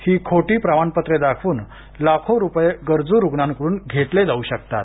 ही खोटी प्रमाणपत्रे दाखवून लाखो रुपये गरजू रुग्णांकडून घेतले जाऊ शकतात